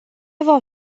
vom